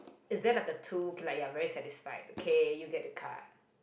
is that like a two like you're very satisfied okay you get the card